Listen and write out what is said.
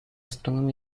astrónomo